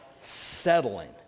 settling